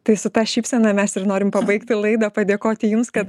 tai su ta šypsena mes ir norim pabaigti laidą padėkoti jums kad